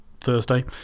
Thursday